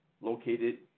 located